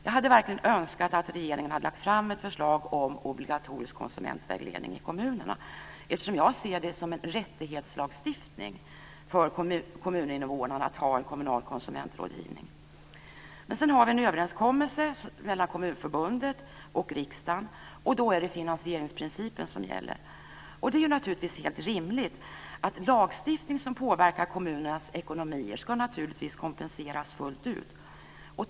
Jag hade verkligen önskat att regeringen hade lagt fram ett förslag om obligatorisk konsumentvägledning i kommunerna, eftersom jag ser det som en rättigheteslagstiftning för kommuninnevånarna att ha en kommunal konsumentrådgivning. Men sedan har vi en överenskommelse mellan Kommunförbundet och riksdagen, och då är det finansieringsprincipen som gäller. Det är naturligtvis helt rimligt att lagstiftning som påverkar kommunernas ekonomier naturligtvis ska kompenseras fullt ut.